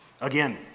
Again